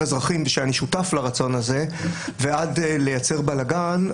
אזרחים ושאני שותף לרצון הזה ועד לייצר בלגן,